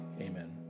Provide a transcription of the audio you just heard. Amen